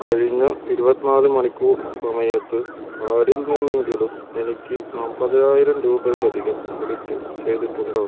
കഴിഞ്ഞ ഇരുപത്തിനാല് മണിക്കൂർ സമയത്ത് ആരിൽ നിന്നെങ്കിലും എനിക്ക് നാപ്പതിനായിരം രൂപയിലധികം ക്രെഡിറ്റ് ചെയ്തിട്ടുണ്ടോ